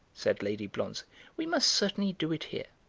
said lady blonze we must certainly do it here.